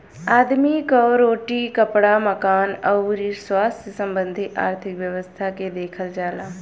आदमी कअ रोटी, कपड़ा, मकान अउरी स्वास्थ्य संबंधी आर्थिक व्यवस्था के देखल जाला